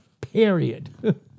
Period